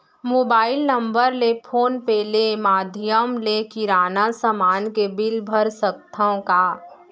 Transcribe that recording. Mobile number ले PhonePe ले माधयम ले किराना समान के बिल भर सकथव का?